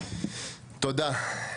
תודה.